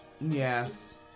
Yes